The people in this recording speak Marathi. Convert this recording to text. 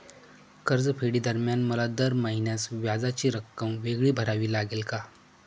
कर्जफेडीदरम्यान मला दर महिन्यास व्याजाची रक्कम वेगळी भरावी लागेल का?